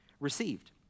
received